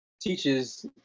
teaches